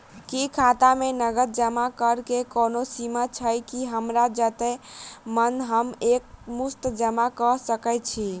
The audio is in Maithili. की खाता मे नगद जमा करऽ कऽ कोनो सीमा छई, की हमरा जत्ते मन हम एक मुस्त जमा कऽ सकय छी?